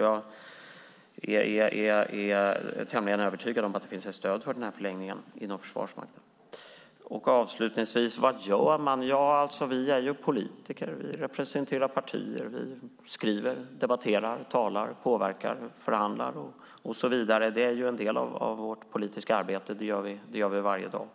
Jag är tämligen övertygad om att det finns stöd för den här förlängningen inom Försvarsmakten. Bodil Ceballos frågar vad man gör. Vi är ju politiker. Vi representerar partier. Vi skriver, debatterar, talar, påverkar, förhandlar och så vidare. Det är ju en del av det politiska arbetet. Det gör vi varje dag.